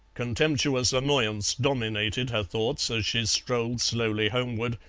contemptuous annoyance dominated her thoughts as she strolled slowly homeward,